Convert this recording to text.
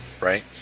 right